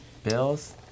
Bills